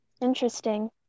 Interesting